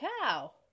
cow